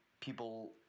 people